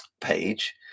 page